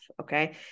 Okay